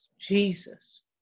Jesus